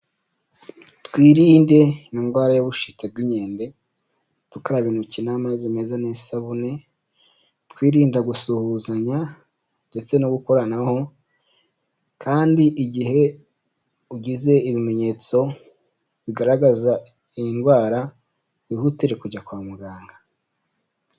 Twirinde indwara y'ubushita bw'inkende, tukaraba intoki n'amazi meza n'isabune, twirinda gusuhuzanya, ndetse no gukoranaho, kandi igihe ugize ibimenyetso bigaragaza iyi ndwara ihutire kujya kwa muganga.